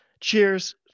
cheers